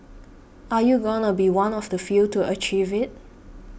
are you gonna be one of the few to achieve it